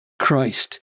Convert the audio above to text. Christ